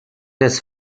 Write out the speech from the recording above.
des